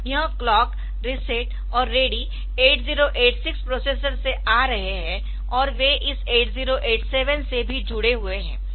यह clock reset और ready 8086 processor से आ रहे है और वे इस 8087 से भी जुड़े हुए है